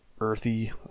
earthy